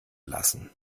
lassen